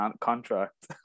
contract